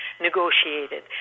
negotiated